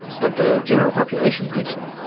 but the general population likes them.